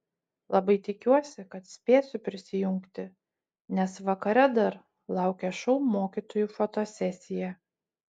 labai tikiuosi kad spėsiu prisijungti nes vakare dar laukia šou mokytojų fotosesija